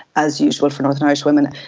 as usual for northern irish women,